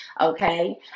okay